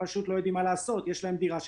מה קורה אם אותם אנשים?